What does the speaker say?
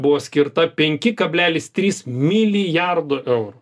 buvo skirta penki kablelis trys milijardų eurų